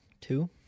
two